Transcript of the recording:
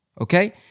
Okay